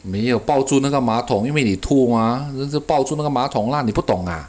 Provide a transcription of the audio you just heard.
没有抱住那个马桶因为你吐 mah 就是抱住那个马桶 lah 你不懂 ah